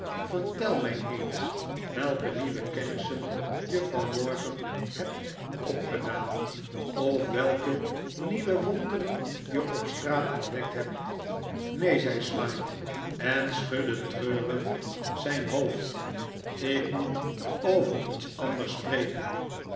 vertel mij eens welke nieuwe kennissen je vanmorgen hebt opgedaan of welke nieuwe wonderen je op straat ontdekt hebt neen zei smike en schudde treurig moeilijkheden in den huize m ant alini zijn hoofd ik moet over iets anders spreken